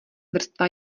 vrstva